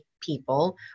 people